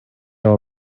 all